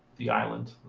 the island,